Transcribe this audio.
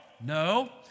No